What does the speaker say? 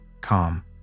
calm